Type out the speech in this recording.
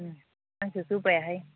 उम आंथ' जौ बायाहाय